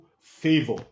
favor